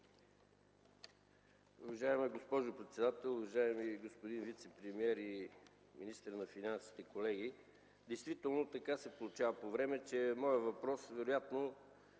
Уважаема госпожо председател, уважаеми господин вицепремиер и министър на финансите, колеги! Действително така се получава по време, че моят въпрос вероятно ще